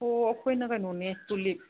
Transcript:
ꯑꯣ ꯑꯩꯈꯣꯏꯅ ꯀꯩꯅꯣꯅꯦ ꯇꯨꯂꯤꯞ